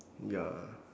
ya